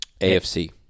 AFC